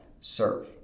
serve